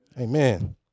Amen